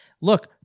look